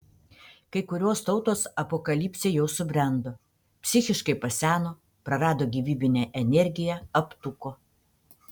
kai kurios tautos apokalipsei jau subrendo psichiškai paseno prarado gyvybinę energiją aptuko